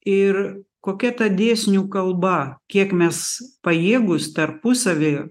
ir kokia ta dėsnių kalba kiek mes pajėgūs tarpusavy